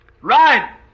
Right